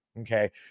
Okay